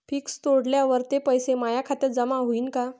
Fix तोडल्यावर ते पैसे माया खात्यात जमा होईनं का?